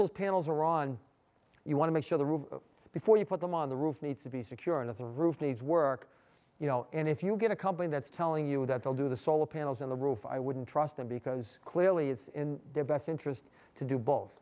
those panels are on you want to make sure the roof before you put them on the roof needs to be secure and it's a roof needs work you know and if you get a company that's telling you that they'll do the solar panels on the roof i wouldn't trust them because clearly it's in their best interest to do both